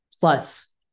plus